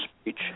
speech